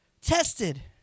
tested